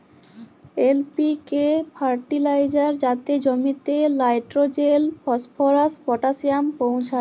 LPK fertiliser যাতে জমিতে nitrogen, phosphorus, potassium পৌঁছায়